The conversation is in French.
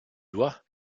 doigt